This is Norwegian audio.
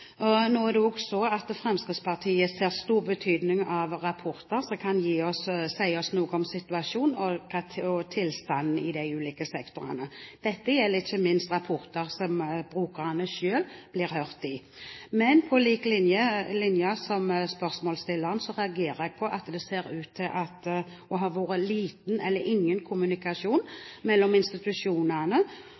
og tilstanden er i de ulike sektorer. Dette gjelder ikke minst rapporter der brukerne selv blir hørt. Men på lik linje med spørsmålsstilleren reagerer jeg på at det ser ut til å ha vært liten eller ingen kommunikasjon mellom institusjonene